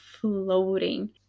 floating